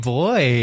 boy